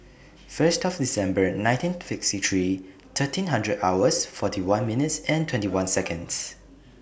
First December nineteen sixty three thirteen hundred hours forty one minutes and twenty one Seconds